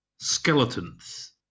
skeletons